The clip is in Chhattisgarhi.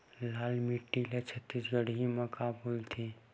लाल माटी ला छत्तीसगढ़ी मा का बोलथे?